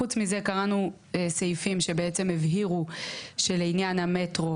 חוץ מזה קראנו סעיפים שבעצם הבהירו שלעניין המטרו,